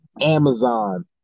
Amazon